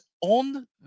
on